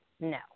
No